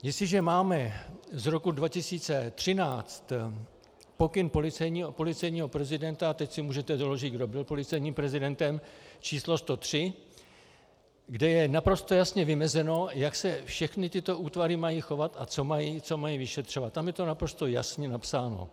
Jestliže máme z roku 2013 pokyn policejního prezidenta a teď si můžete doložit, kdo byl policejním prezidentem č. 103, kde je naprosto jasně vymezeno, jak se všechny tyto útvary mají chovat a co mají vyšetřovat tam je to naprosto jasně napsáno.